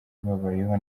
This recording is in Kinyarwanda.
babayeho